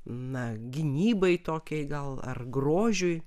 na gynybai tokiai gal ar grožiui